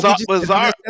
Bizarre